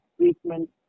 treatment